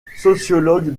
sociologue